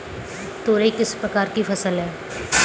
तोरई किस प्रकार की फसल है?